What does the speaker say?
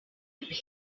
weak